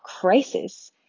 crisis